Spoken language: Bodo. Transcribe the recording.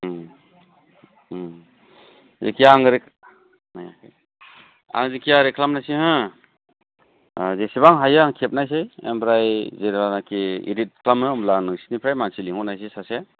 जायखिजाया आं ओरै ए आं जिखिजाया ओरै खालामनोसै हो जेसेबां हायो आं खेबनोसै ओमफ्राय जेब्लानाखि इदिट खालामो अब्ला नोंसोरनिफ्राय मानसि लिंहरनोसै सासे